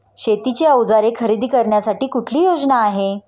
शेतीची अवजारे खरेदी करण्यासाठी कुठली योजना आहे?